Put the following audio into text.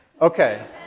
Okay